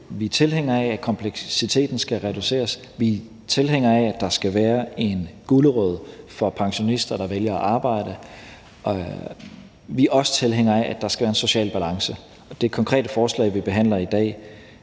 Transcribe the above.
Vi er tilhængere af, at kompleksiteten skal reduceres; vi er tilhængere af, at der skal være en gulerod for pensionister, der vælger at arbejde; vi er også tilhængere af, at der skal være en social balance. Det konkrete forslag, vi behandler i dag,